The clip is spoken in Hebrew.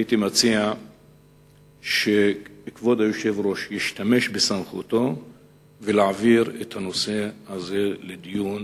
הייתי מציע שכבוד היושב-ראש ישתמש בסמכותו ונעביר את הנושא הזה לדיון